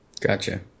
Gotcha